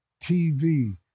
TV